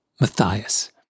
Matthias